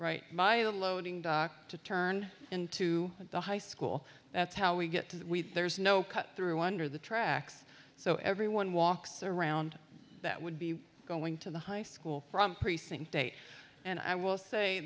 right by the loading dock to turn into the high school that's how we get to there's no cut through under the tracks so everyone walks around that would be going to the high school from precinct eight and i will say